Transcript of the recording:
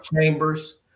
Chambers